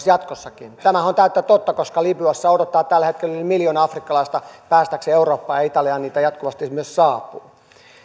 jatkossakin tämähän on täyttä totta koska libyassa odottaa tällä hetkellä yli miljoona afrikkalaista päästääkseen eurooppaan ja italiaan niitä jatkuvasti myös saapuu